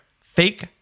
fake